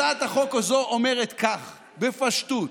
הצעת החוק הזאת אומרת כך, בפשטות: